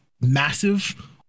massive